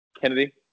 Kennedy